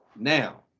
Now